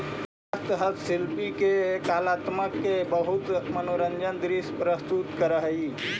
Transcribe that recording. बाँस हस्तशिल्पि के कलात्मकत के बहुत मनोरम दृश्य प्रस्तुत करऽ हई